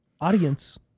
Audience